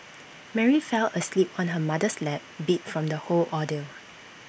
Mary fell asleep on her mother's lap beat from the whole ordeal